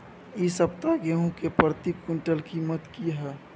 इ सप्ताह गेहूं के प्रति क्विंटल कीमत की हय?